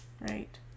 Right